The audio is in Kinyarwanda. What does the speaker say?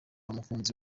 umukunzi